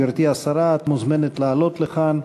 גברתי השרה, את מוזמנת לעלות לכאן.